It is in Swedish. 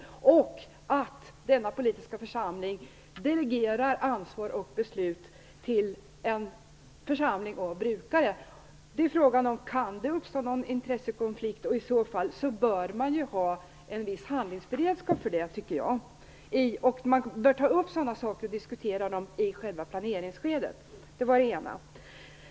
Det är också viktigt att denna politiska församling delegerar ansvar och beslut till en församling av brukare. Då är frågan om det kan uppstå någon intressekonflikt. I så fall bör man ha en viss handlingsberedskap för detta, tycker jag. Man bör ta upp sådana frågor och diskutera dem i planeringsskedet. Det var det ena.